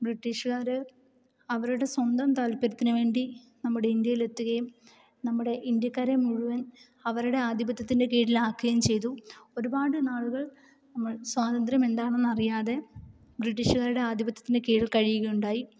ബ്രിട്ടീഷുകാർ അവരുടെ സ്വന്തം താല്പര്യത്തിന് വേണ്ടി നമ്മുടെ ഇന്ത്യയിലെത്തുകയും നമ്മുടെ ഇന്ത്യക്കാരെ മുഴുവൻ അവരുടെ ആധിപത്യത്തിന് കീഴിൽ ആക്കുകയും ചെയ്തു ഒരുപാട് നാളുകൾ നമ്മൾ സ്വാതന്ത്ര്യം എന്താണെന്നറിയാതെ ബ്രിട്ടീഷുകാരുടെ ആധിപത്യത്തിന് കീഴിൽ കഴിയുകയുണ്ടായി